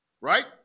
right